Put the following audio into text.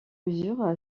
mesure